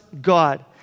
God